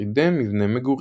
ושרידי מבני מגורים.